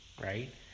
right